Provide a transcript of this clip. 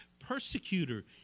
Persecutor